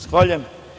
Zahvaljujem.